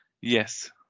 Yes